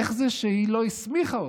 איך זה שהיא לא הסמיכה אותה,